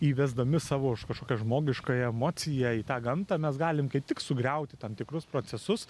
įvesdami savo kažkokią žmogiškąją emociją į tą gamtą mes galim kaip tik sugriauti tam tikrus procesus